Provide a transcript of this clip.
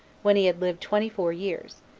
when he had lived twenty-four years,